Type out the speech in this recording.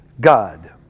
God